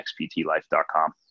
XPTLife.com